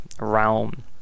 realm